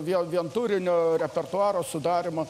vien vien turinio repertuaro sudarymą